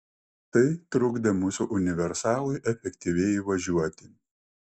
tai trukdė mūsų universalui efektyviai važiuoti